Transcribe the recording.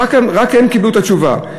ורק הן קיבלו את התשובה.